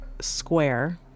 square